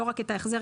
לא רק את ההחזר,